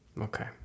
Okay